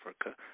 Africa